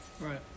Right